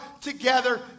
together